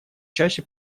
чаще